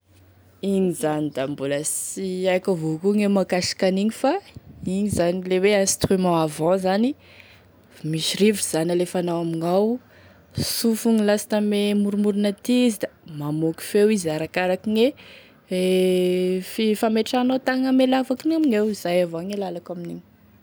Igny zany da mbola sy aiko avao koa gne mahakasiky an'igny fa da igny zany le hoe instruments à vent zany da misy rivotry zany alefanao amignao da sofigny lasta ame moromorony aty izy da mamoaky feo izy arakaraky gne fi- fametrahanao tagna ame lavaky amigneo zay avao gne lalako amin'igny.